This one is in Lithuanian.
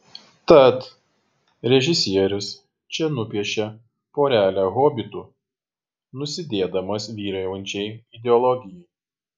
tad režisierius čia nupiešia porelę hobitų nusidėdamas vyraujančiai ideologijai